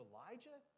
Elijah